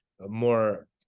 more